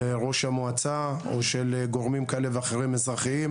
ראש המועצה או של גורמים כאלה ואחרים,